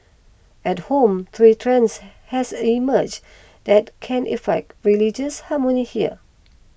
at home three trends has emerged that can affect religious harmony here